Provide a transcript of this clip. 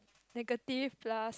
negative plus